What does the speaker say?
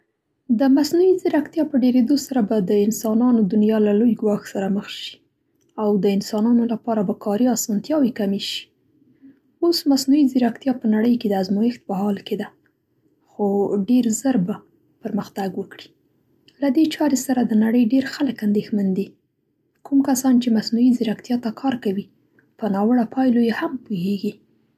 د مصنوعي ځیرکتیا په ډېرېدو سره به د انسانو دنیا له لوی ګواښ سره مخ شي او د انسانانو لپاره به کاري آسانتیاوې کمې شي. اوس مصنوعي ځیرکتیا په نړۍ کې د ازمویښت په حال کې ده، خو ډېر زر به پرمختګ وکړي. له دې چارې سره د نړۍ ډېر خلک اندېښمن دي. کوم کسان چې مصنوعي ځیرکتیا ته کار کوي په ناوړه پایلو یې هم پوهېږي.